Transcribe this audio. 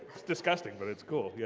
it's disgusting, but it's cool. yeah